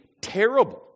terrible